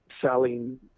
selling